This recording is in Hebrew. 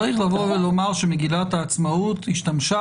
מגילת העצמאות השתמשה